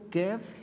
give